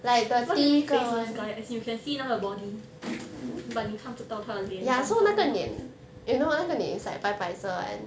what do you mean faceless guy as in you can see 那个 body but 你看不到他的脸